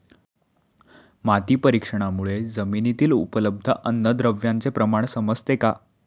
माती परीक्षणामुळे जमिनीतील उपलब्ध अन्नद्रव्यांचे प्रमाण समजते का?